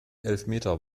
elfmeter